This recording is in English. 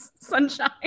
sunshine